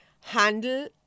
handle